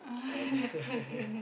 I want